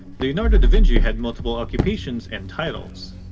leonardo da vinci had multiple occupations and titles.